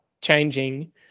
changing